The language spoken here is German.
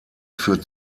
für